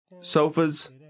sofas